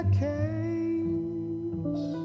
case